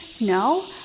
No